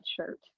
shirt